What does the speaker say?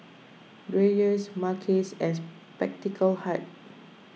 Dreyers Mackays and Spectacle Hut